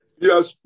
Yes